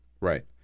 Right